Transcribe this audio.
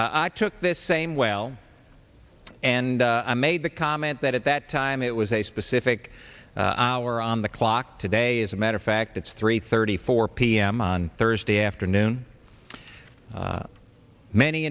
i took this same well and i made the comment that at that time it was a specific hour on the clock today as a matter of fact it's three thirty four p m on thursday afternoon many